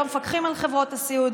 לא מפקחים על חברות הסיעוד,